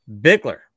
Bickler